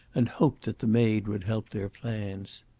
and hoped that the maid would help their plans.